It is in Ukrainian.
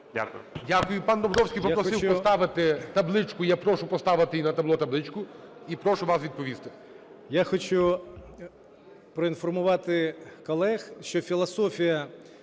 Дякую. Пан Домбровський, попросив поставити табличку. Я прошу поставити на табло табличку. І прошу вас відповісти.